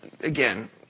again